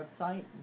website